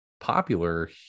popular